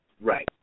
Right